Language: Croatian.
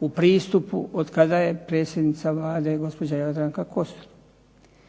u pristupu od kada je predsjednica Vlade gospođa Jadranka Kosor.